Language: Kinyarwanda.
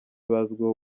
bazwiho